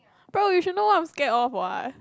but you should know what I'm scared of what